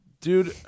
dude